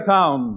Town